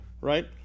right